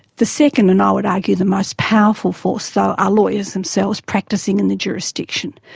the second and, i would argue, the most powerful force, though, are lawyers themselves, practising in the jurisdiction,